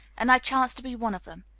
and i chanced to be one of them.